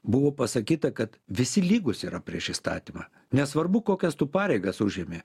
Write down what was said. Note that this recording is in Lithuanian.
buvo pasakyta kad visi lygūs yra prieš įstatymą nesvarbu kokias tu pareigas užimi